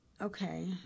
Okay